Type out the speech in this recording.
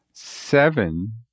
Seven